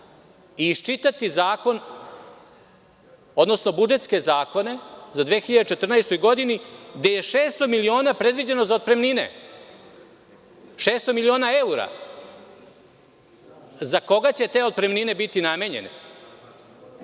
i iščitati zakon, odnosno budžetske zakone za 2014. godinu gde je 600 miliona predviđeno za otpremnine. Šesto miliona evra. Za koga će te otpremnine biti namenjene?